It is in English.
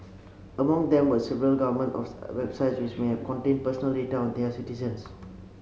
among them were several government websites which may have contained personal data of their citizens